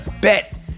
bet